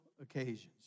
occasions